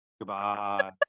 Goodbye